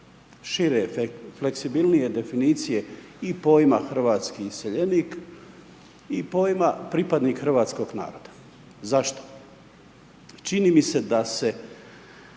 šire fleksibilnije definicije i pojma hrvatski iseljenik i pojma pripadnik hrvatskog naroda. Zašto? Čini mi se da se